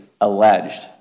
alleged